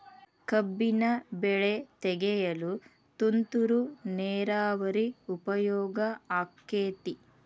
ಕಬ್ಬಿನ ಬೆಳೆ ತೆಗೆಯಲು ತುಂತುರು ನೇರಾವರಿ ಉಪಯೋಗ ಆಕ್ಕೆತ್ತಿ?